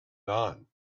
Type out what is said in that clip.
dawn